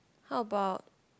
how about